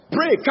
Pray